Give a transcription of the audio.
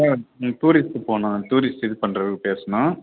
tourist போகணும் tourist இது பண்ணுறதுக்கு பேசணும்